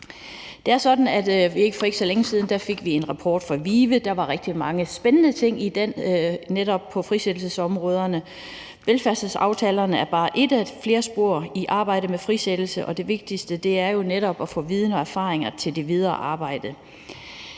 for ikke så længe siden fik en rapport fra VIVE, og der var rigtig mange spændende ting i den på netop frisættelsesområderne. Velfærdsaftalerne er bare et af flere spor i arbejdet med frisættelse, og det vigtigste er jo netop at få viden og erfaringer til det videre arbejde.